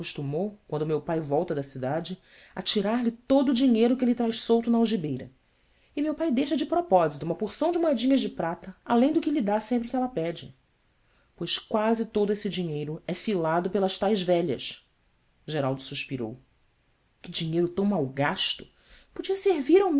acostumou quando meu pai volta da cidade a tirar-lhe todo o dinheiro que ele traz solto na algibeira e meu pai deixa de propósito uma porção de moedinhas de prata além do que lhe dá sempre que ela pede pois quase todo esse dinheiro é filado pelas tais velhas geraldo suspirou ue dinheiro tão mal gasto podia me servir ao